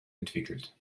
entwickelt